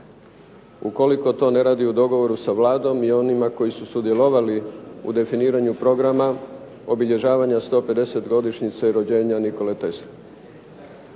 ukoliko to ne radi u dogovoru sa Vladom i onima koji su sudjelovali u definiranju programa obilježavanja 150 godišnjice rođenja Nikole Tesle.